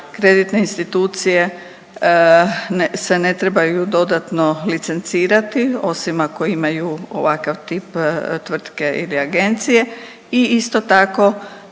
kreditne institucije se ne trebaju dodatno licencirati, osim ako imaju ovakav tip tvrtke ili agencije i isto tako